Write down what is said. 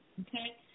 Okay